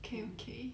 mm